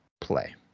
play